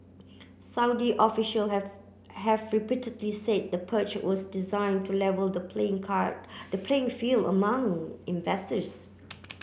Saudi official have have repeatedly say the purge was designed to level the playing the playing field among investors